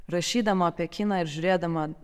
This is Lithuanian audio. rašydama apie kiną ir žiūrėdama